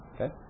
Okay